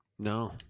No